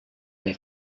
they